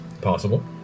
possible